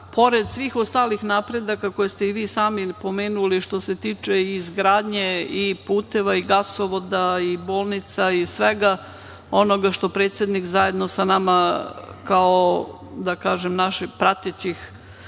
pored svih ostalih napredaka koje ste i vi sami pomenuli što se tiče izgradnje puteva, gasovoda, bolnica i svega onoga što predsednik zajedno sa nama kao naših pratećih